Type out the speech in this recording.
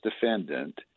defendant